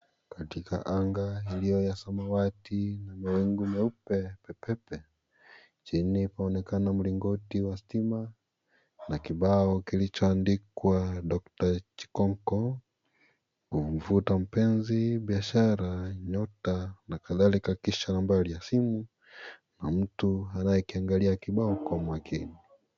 Katika anga iliyo ya samawati na mawingu meupe pepepe, chini kunaonekana mlingoti wa stima na kibao kilicho andikwa Doctor Chikonko kumvuta mpenzi, biashara, nyota na kadhalika kisha nambari ya simu na mtu anayekianglia kibao hiki.